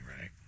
right